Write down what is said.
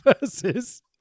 Versus